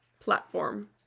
platform